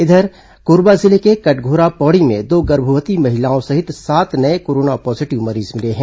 इधर कोरबा जिले के कटघोरा पौड़ी में दो गर्भवती महिलाओं सहित सात नये कोरोना पॉजीटिव मरीज मिले हैं